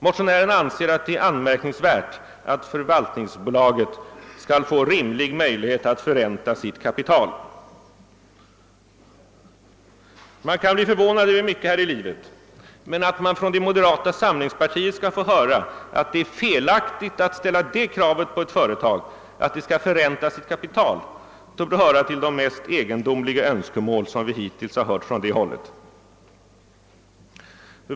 Motionärerna anser det vara anmärkningsvärt att förvaltningsbolaget skall få rimlig möjlighet att förränta sitt kapital. Man kan bli förvånad över mycket här i livet, men att man från moderata samlingspartiet skall få höra att det är felaktigt att ställa det kravet på ett företag, att det skall förränta sitt kapital, torde höra till de mest egendomliga önskemål som vi hittills hört från det hållet.